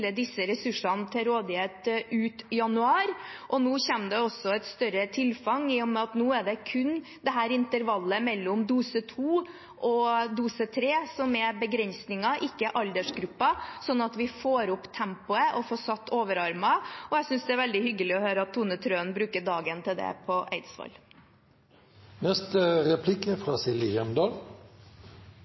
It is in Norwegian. disse ressursene til rådighet ut januar – nå kommer det også et større tilfang i og med at det nå kun er intervallet mellom dose to og dose tre som er begrensningen, ikke aldersgrupper – sånn at vi får opp tempoet og får satt den i overarmer. Jeg synes det er veldig hyggelig å høre at Tone Wilhelmsen Trøen bruker dagen til det